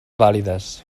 vàlides